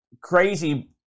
crazy